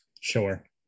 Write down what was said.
Sure